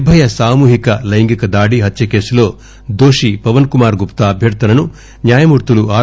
నిర్భయ సామూహిక లైంగిక దాడి హత్య కేసులో దోషి పవన్ కుమార్ గుప్తా అభ్యర్ధనను న్యాయమూర్తులు ఆర్